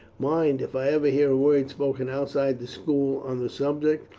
mind, if i ever hear a word spoken outside the school on the subject,